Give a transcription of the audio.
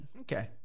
Okay